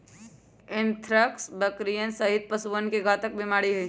anthrax बकरियन सहित पशुअन के घातक बीमारी हई